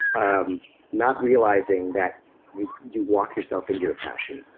um not realizing that you you walk yourself into your passion.